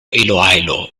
iloilo